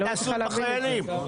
מה תעשו עם החיילים?